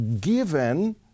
given